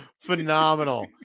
Phenomenal